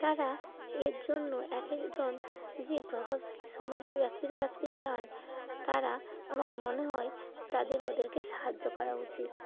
তারা এর জন্য একেক জন যে প্রভাবশালী সমাজের ব্যক্তির কাছে যান তারা আমার মনে হয় তাদের ওদেরকে সাহায্য করা উচিত